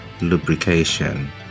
lubrication